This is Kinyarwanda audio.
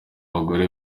bagore